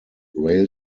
rail